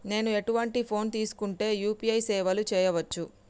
నేను ఎటువంటి ఫోన్ తీసుకుంటే యూ.పీ.ఐ సేవలు చేయవచ్చు?